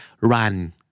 Run